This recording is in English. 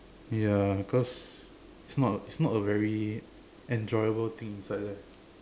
ya cause it's not it's not a very enjoyable thing inside there